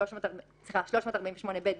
348(ב),